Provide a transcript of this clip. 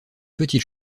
petite